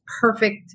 perfect